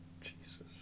Jesus